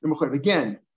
Again